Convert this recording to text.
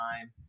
time